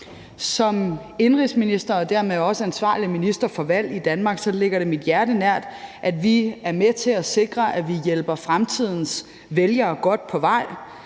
Som indenrigsminister og dermed også ansvarlig minister for valg i Danmark ligger det mit hjerte nært, at vi er med til at sikre, at vi hjælper fremtidens vælgere godt på vej.